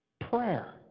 Prayer